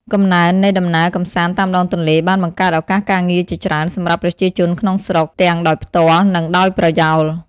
កំណើននៃដំណើរកម្សាន្តតាមដងទន្លេ បានបង្កើតឱកាសការងារជាច្រើនសម្រាប់ប្រជាជនក្នុងស្រុក ទាំងដោយផ្ទាល់ និងដោយប្រយោល។